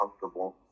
comfortable